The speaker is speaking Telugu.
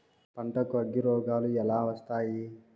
పంటకు అగ్గిరోగాలు ఎలా వస్తాయి?